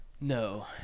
No